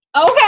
okay